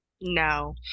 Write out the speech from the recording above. No